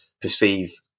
perceive